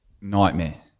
nightmare